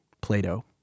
Plato